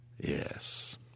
Yes